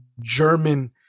German